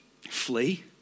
flee